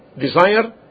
desire